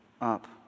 up